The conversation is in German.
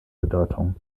bedeutung